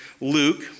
Luke